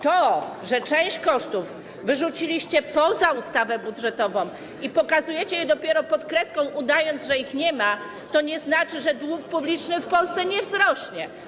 To, że część kosztów wyrzuciliście poza ustawę budżetową i pokazujecie je dopiero pod kreską, udając, że ich nie ma, nie znaczy, że dług publiczny w Polsce nie wzrośnie.